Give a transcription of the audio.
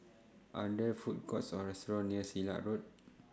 Are There Food Courts Or restaurants near Silat Road